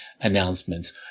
announcements